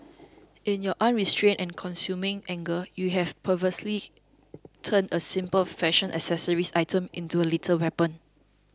in your unrestrained and consuming anger you had perversely turned a simple fashion accessory item into a lethal weapon